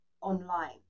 online